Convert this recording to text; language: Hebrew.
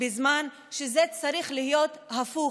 בזמן שזה צריך להיות הפוך,